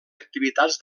activitats